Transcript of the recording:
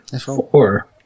Four